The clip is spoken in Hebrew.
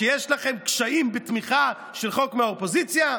שיש לכם קשיים בתמיכה של חוק מהאופוזיציה?